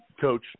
coach